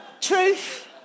truth